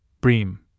bream